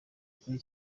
kuri